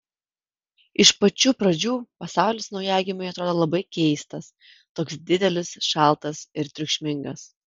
iš pačių pradžių pasaulis naujagimiui atrodo labai keistas toks didelis šaltas ir triukšmingas